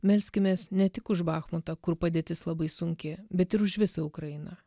melskimės ne tik už bachmaną kur padėtis labai sunki bet ir už visą ukrainą